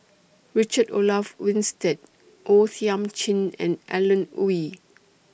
Richard Olaf Winstedt O Thiam Chin and Alan Oei